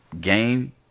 game